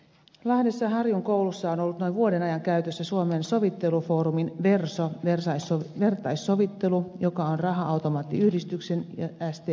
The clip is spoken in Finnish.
lahdessa harjun koulussa on ollut noin vuoden ajan käytössä suomen sovittelufoorumin verso vertaissovittelu joka on raha automaattiyhdistyksen ja stmn tukema